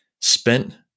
spent